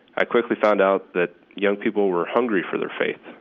i quickly found out that young people were hungry for their faith.